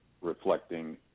reflecting